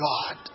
God